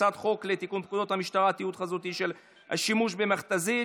הצעת חוק לתיקון פקודת המשטרה (תיעוד חזותי של השימוש במכת"זית),